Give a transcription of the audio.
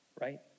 right